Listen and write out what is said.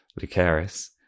lucaris